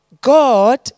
God